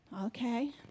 Okay